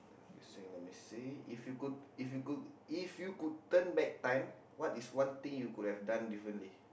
kissing let me see if you could if you could if you could turn back time what is one thing you could have done differently